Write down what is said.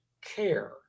care